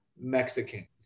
Mexicans